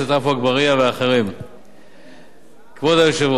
כבוד היושב-ראש, בענף הבנייה, נכון לשנת 2010,